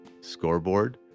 scoreboard